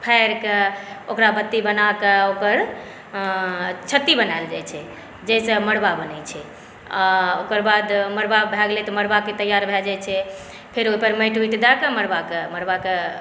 फाड़ि कऽ ओकरा बत्ती बनाकऽ ओकर छत्ती बनाएल जाइ छै जाहिसँ मड़वा बनै छैओकर बाद मड़वा भए गेलै तऽ मड़वाके तैयार भए जाइ छै फेर ओहिपर माटि उटि दए कऽ मड़वाके मड़वाके